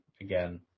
again